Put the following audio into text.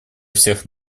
всех